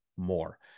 more